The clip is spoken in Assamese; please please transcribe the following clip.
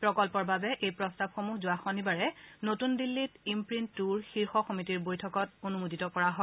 প্ৰকল্পৰ বাবে এই প্ৰস্তাৱসমূহ যোৱা শনিবাৰে নতুন দিল্লীত ইম্প্ৰীণ্ট টুৰ শীৰ্ষ সমিতিৰ বৈঠকত অনুমোদিত কৰা হয়